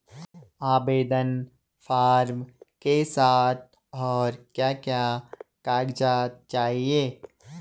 आवेदन फार्म के साथ और क्या क्या कागज़ात चाहिए?